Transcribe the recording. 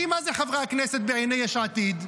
כי מה זה חברי הכנסת בעיני יש עתיד?